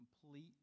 Complete